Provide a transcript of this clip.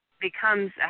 becomes